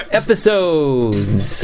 episodes